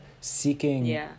seeking